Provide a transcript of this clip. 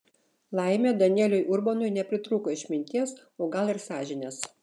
laimė danieliui urbonui nepritrūko išminties o gal ir sąžinės